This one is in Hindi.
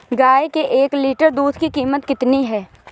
गाय के एक लीटर दूध की कीमत कितनी है?